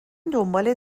دنبال